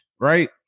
right